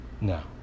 now